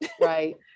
right